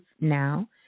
now